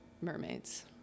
mermaids